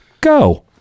go